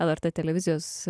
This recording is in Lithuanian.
lrt televizijos